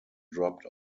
dropped